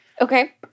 Okay